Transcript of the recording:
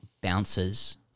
bounces